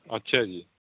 ਅੱਛਾ ਜੀ